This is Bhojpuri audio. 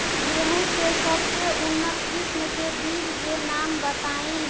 गेहूं के सबसे उन्नत किस्म के बिज के नाम बताई?